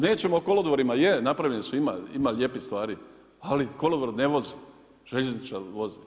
Nećemo o kolodvorima, je napravljeni ima lijepih stvari, ali kolodvor ne vozi, željezničari voze.